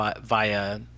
via